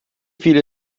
viele